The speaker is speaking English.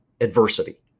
adversity